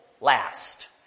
last